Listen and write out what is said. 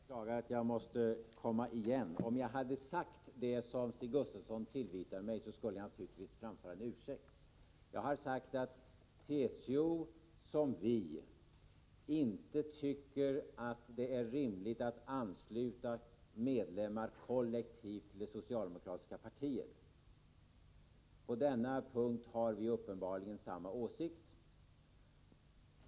Herr talman! Jag beklagar att jag måste komma igen. Om jag hade sagt det som Stig Gustafsson tillvitar mig skulle jag naturligtvis framföra en ursäkt. Jag har sagt att TCO, som vi, inte tycker att det är rimligt att ansluta medlemmar kollektivt till det socialdemokratiska partiet. På denna punkt har vi uppenbarligen samma åsikt.